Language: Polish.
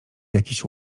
jakiś